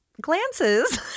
glances